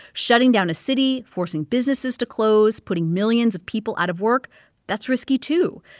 shutting down a city, forcing businesses to close, putting millions of people out of work that's risky, too.